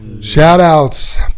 Shout-outs